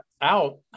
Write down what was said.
out